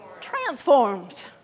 Transformed